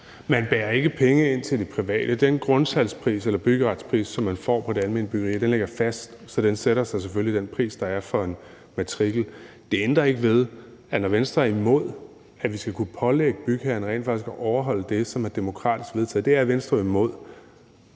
Man bærer ikke penge ind til de private. Den grundsalgspris eller byggeretspris, som man får på det almene byggeri, ligger fast, så den sætter sig selvfølgelig i den pris, der er for en matrikel. Det ændrer ikke ved, at når Venstre er imod, at vi skal kunne pålægge bygherren rent faktisk at overholde det, som er demokratisk vedtaget – og det er Venstre jo